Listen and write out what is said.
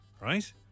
right